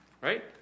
right